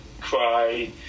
cry